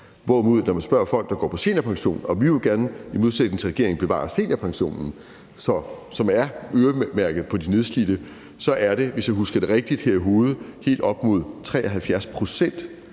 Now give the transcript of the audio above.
hvorimod når man spørger folk, der går på seniorpension – og vi vil gerne i modsætning til regeringen bevare seniorpensionen, som er øremærket til de nedslidte – så er det, hvis jeg husker det rigtigt her i hovedet, helt op mod 73 pct.,